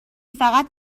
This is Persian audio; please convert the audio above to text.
فقط